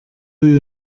you